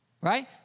Right